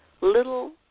little